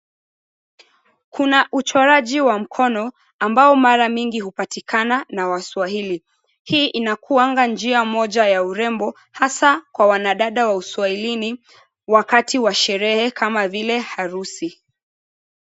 Kuna uchoraji wa mkono ambao mara mingi hupatikana na waswahili, hii inakuanga njia moja ya urembo hasa kwa wanadada wa uswahilini wakati wa sherehe kama vile harusi.